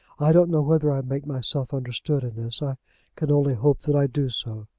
i don't know whether i make myself understood in this. i can only hope that i do so.